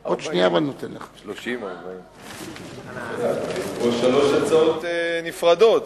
30 40. פה שלוש הצעות נפרדות.